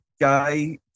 guy